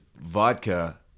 vodka